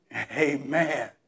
Amen